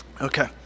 Okay